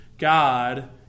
God